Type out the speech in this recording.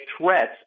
threats